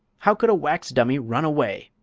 how could a wax dummy run away?